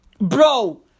Bro